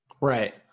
right